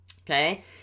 Okay